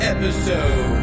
Episode